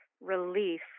relief